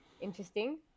interesting